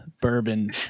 bourbon